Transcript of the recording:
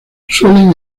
suelen